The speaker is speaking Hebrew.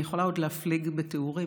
אני יכולה להפליג עוד בתיאורים,